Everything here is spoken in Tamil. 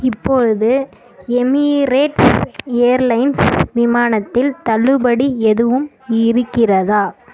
இப்பொழுது எமிரேட்ஸ் ஏர்லைன்ஸ் விமானத்தில் தள்ளுபடி எதுவும் இருக்கிறதா